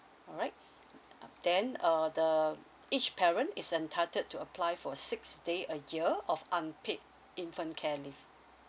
alright um then uh the each parent is entitled to apply for six day a year of unpaid infant care leave